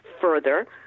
further